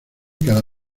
cada